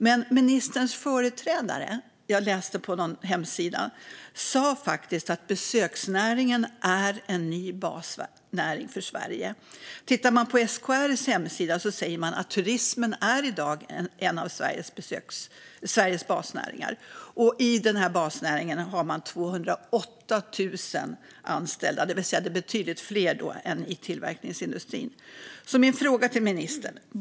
Men jag har läst på någon hemsida att ministerns företrädare faktiskt sagt att besöksnäringen är en ny basnäring för Sverige. På SKR:s hemsida står det att turismen i dag är en av Sveriges basnäringar. Man anger att det inom basnäringarna finns 208 000 anställda, vilket alltså är betydligt fler än i tillverkningsindustrin.